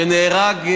שנהרג,